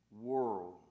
world